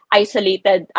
isolated